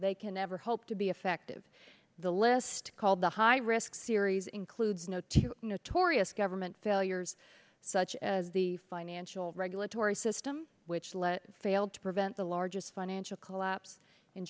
they can ever hope to be effective the list called the high risk series includes no two notorious government failures such as the financial regulatory system which led failed to prevent the largest financial collapse